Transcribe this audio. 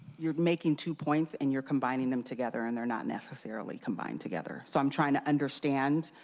you're making two points and you're combining them together and they are not necessarily combined together. so i'm trying to understand.